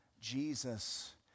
Jesus